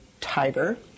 tiger